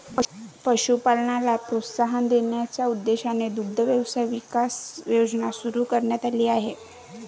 पशुपालनाला प्रोत्साहन देण्याच्या उद्देशाने दुग्ध व्यवसाय विकास योजना सुरू करण्यात आली आहे